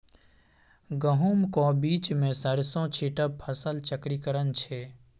गहुमक बीचमे सरिसों छीटब फसल चक्रीकरण छै